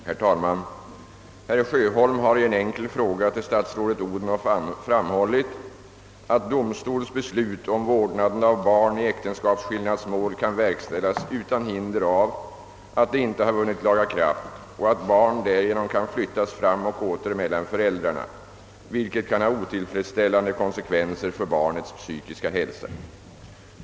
Herr talman! Herr Sjöholm har i en enkel fråga till statsrådet Odhnoff framhållit, att domstols beslut om vårdnaden av barn i äktenskapsskillnadsmål kan verkställas utan hinder av att det inte har vunnit laga kraft och att barn därigenom kan flyttas fram och åter mellan föräldrarna, vilket kan ha otillfredsställande konsekvenser för barnets psykiska hälsa.